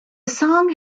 song